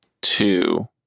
two